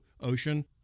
ocean